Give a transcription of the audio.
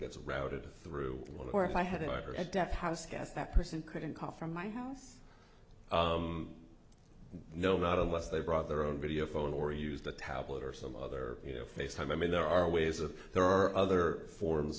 gets routed through or if i had a biker a deaf houseguest that person couldn't call from my house no not unless they brought their own video phone or use the tablet or some other you know face time i mean there are ways of there are other forms